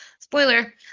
Spoiler